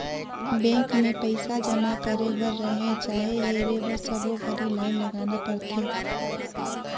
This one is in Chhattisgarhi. बेंक मे पइसा जमा करे बर रहें चाहे हेरे बर सबो घरी लाइन लगाना परथे